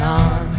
on